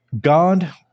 God